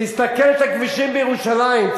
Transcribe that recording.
תסתכל על הכבישים בירושלים,